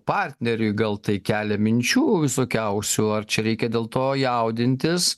partneriui gal tai kelia minčių visokiausių ar čia reikia dėl to jaudintis